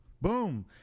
boom